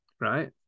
right